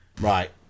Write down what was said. Right